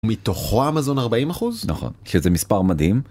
מתוכו המזון 40 אחוז נכון שזה מספר מדהים.